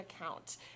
account